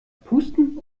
pusten